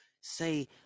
say